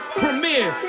premiere